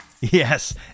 Yes